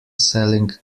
selling